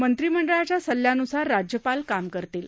मंत्रिमंडळाच्या सल्ल्यान्सार राज्यपाल काम करतील